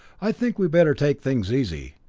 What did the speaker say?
i think we'd better take things easy.